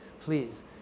please